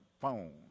phone